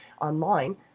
online